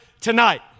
tonight